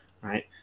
right